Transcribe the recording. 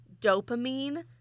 dopamine